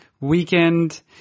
weekend